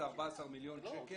זה 14 מיליון שקל,